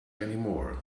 anymore